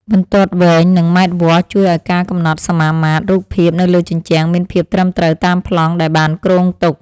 បន្ទាត់វែង និងម៉ែត្រវាស់ ជួយឱ្យការកំណត់សមាមាត្ររូបភាពនៅលើជញ្ជាំងមានភាពត្រឹមត្រូវតាមប្លង់ដែលបានគ្រោងទុក។